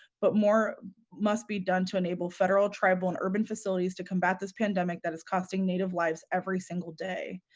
but more must be done to enable federal tribal and urban facilities to combat this pandemic that is costing native lives every single day.